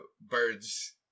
birds